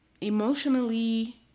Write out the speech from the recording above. emotionally